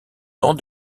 temps